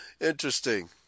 Interesting